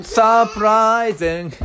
surprising